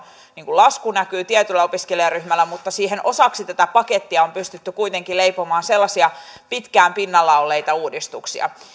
lasku näkyy tietyllä opiskelijaryhmällä mutta siihen osaksi tätä pakettia on pystytty kuitenkin leipomaan sellaisia pitkään pinnalla olleita uudistuksia